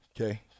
Okay